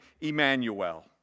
Emmanuel